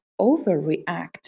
overreact